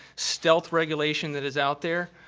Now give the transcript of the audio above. stealth regulation that is out there,